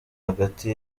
hagati